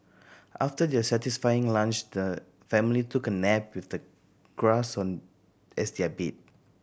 after their satisfying lunch the family took a nap with the grass on as their bed